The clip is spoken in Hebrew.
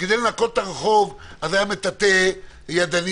וכדי לנקות את הרחוב היה מטאטא ידני,